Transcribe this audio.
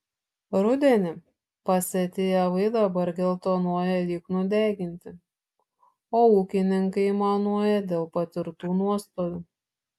rudenį pasėti javai dabar geltonuoja lyg nudeginti o ūkininkai aimanuoja dėl patirtų nuostolių